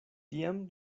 tiam